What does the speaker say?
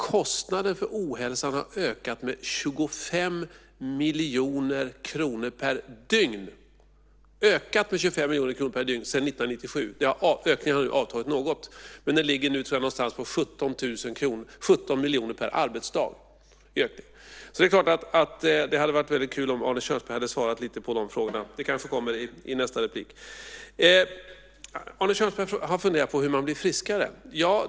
Kostnaden för ohälsan har ökat med 25 miljoner kronor per dygn sedan år 1997. Ökningen har nu avtagit något. Den ligger nu på omkring 17 miljoner per arbetsdag. Det hade varit väldigt kul om Arne Kjörnsberg hade svarat lite på de frågorna. Det kanske kommer i nästa replik. Arne Kjörnsberg har funderat på hur man blir friskare.